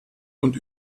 und